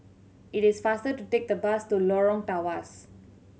it is faster to take the bus to Lorong Tawas